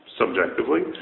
subjectively